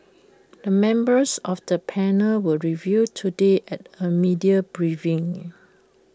the members of the panel were revealed today at A media briefing